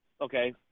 Okay